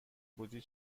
بودی